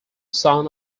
son